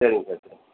சரிங்க சார் சரிங்க